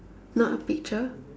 not a picture